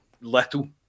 little